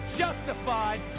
justified